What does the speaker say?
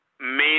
Main